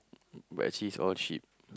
but actually is all sheep